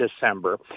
December